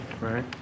right